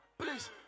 Please